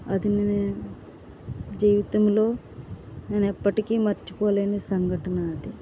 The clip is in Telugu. అది నేను జీవితంలో నేను ఎప్పటికి మర్చిపోలేని సంఘటన అది